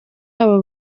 abo